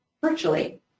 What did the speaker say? virtually